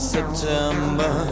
September